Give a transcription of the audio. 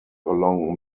along